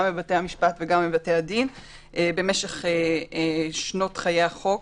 גם בבתי המשפט וגם בבתי הדין במשך שנות חיי החוק.